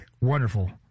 wonderful